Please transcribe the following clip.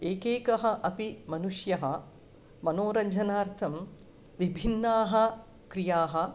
एकेकः अपि मनुष्यः मनोरञ्जनार्थं विभिन्नाः क्रियाः